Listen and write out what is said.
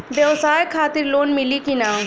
ब्यवसाय खातिर लोन मिली कि ना?